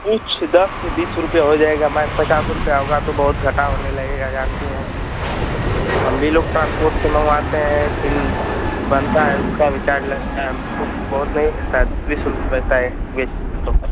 कुछ दस से बीस रुपये हो जाएगा मैम पचास रुपये होगा तो बहुत घाटा होने लगेगा जानती हैं हम भी लोग ट्रांसपोर्ट से मंगवाते हैं फिर बनता है फिर उसका भी चार्ज लगता हैं हम हमको ख़ुद ही एक सौ बीस रुपये का एक पीस होता है